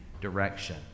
direction